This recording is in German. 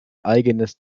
eigenes